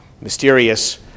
mysterious